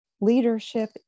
leadership